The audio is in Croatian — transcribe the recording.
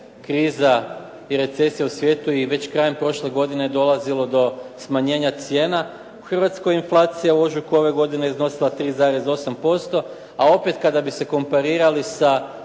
kriza i recesija u svijetu i već krajem prošle godine dolazilo do smanjenja cijena u Hrvatskoj je inflacija u ožujku ove godine iznosila 3,8% a opet kada bi se komparirali sa